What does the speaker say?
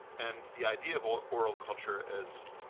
and the idea of oral oral culture as